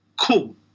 cool